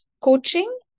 coaching